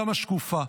גם שקופה,